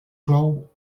clou